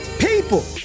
people